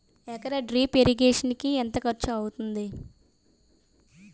ఎకర drip irrigation కి ఎంత ఖర్చు అవుతుంది?